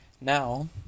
Now